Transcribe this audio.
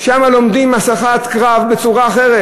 שם לומדים הסחת קרב בצורה אחרת.